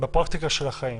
בפרקטיקה של החיים?